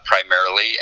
primarily